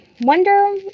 wonder